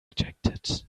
rejected